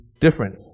different